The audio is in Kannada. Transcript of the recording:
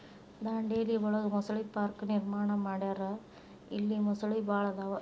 ದಾಂಡೇಲಿ ಒಳಗ ಮೊಸಳೆ ಪಾರ್ಕ ನಿರ್ಮಾಣ ಮಾಡ್ಯಾರ ಇಲ್ಲಿ ಮೊಸಳಿ ಭಾಳ ಅದಾವ